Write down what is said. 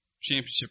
championship